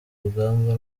rugamba